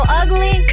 ugly